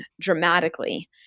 dramatically